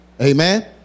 Amen